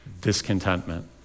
discontentment